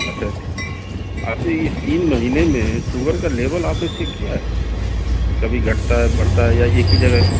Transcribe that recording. اچھا آخری اِس تین مہینے میں شوگر کا لیول آپ نے چیک کیا ہے کبھی گھٹتا ہے بڑھتا ہے یا ایک ہی جگہ